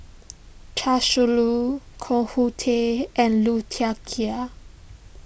Chia Shi Lu Koh Hoon Teck and Liu Thai Ker